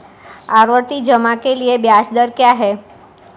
आवर्ती जमा के लिए ब्याज दर क्या है?